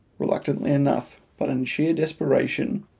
reluctantly enough, but in sheer desperation,